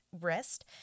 wrist